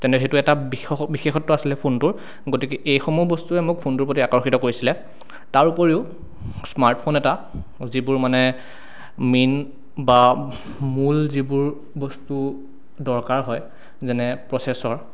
তেনে সেইটো এটা বিশেষত্ব আছিলে ফোনটোৰ গতিকে এইসমূহ বস্তুৱে মোক ফোনটোৰ প্ৰতি আকৰ্ষিত কৰিছিলে তাৰ উপৰিও স্মাৰ্টফোন এটা যিবোৰ মানে মেইন বা মূল যিবোৰ বস্তু দৰকাৰ হয় যেনে প্ৰচেচৰ